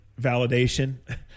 validation